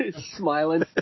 smiling